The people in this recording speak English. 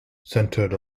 centred